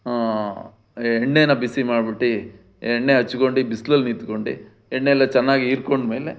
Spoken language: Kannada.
ಎಣ್ಣೆನ ಬಿಸಿ ಮಾಡ್ಬಿಟ್ಟು ಎಣ್ಣೆ ಹಚ್ಕೊಂಡು ಬಿಸ್ಲಲ್ಲಿ ನಿಂತ್ಕೊಂಡು ಎಣ್ಣೆ ಎಲ್ಲ ಚೆನ್ನಾಗಿ ಹೀರ್ಕೊಂಡು ಮೇಲೆ